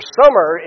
summer